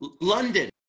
London